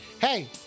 hey